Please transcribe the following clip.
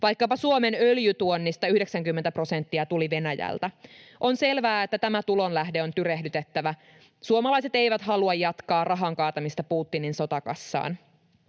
vaikkapa Suomen öljytuonnista 90 prosenttia tuli Venäjältä. On selvää, että tämä tulonlähde on tyrehdytettävä. Suomalaiset eivät halua jatkaa rahan kaatamista Putinin sotakassaan.